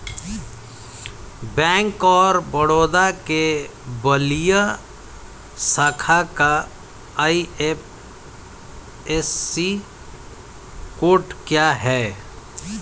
Bank of Baroda के बलिया शाखा का आई.एफ.एस.सी कोड क्या है?